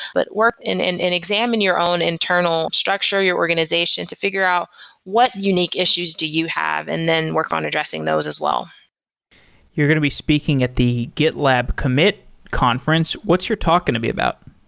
but work and and examine your own internal structure, your organization, to figure out what unique issues do you have and then work on addressing those as well you're going to be speaking at the gitlab commit conference. what's your talk going to be about?